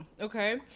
Okay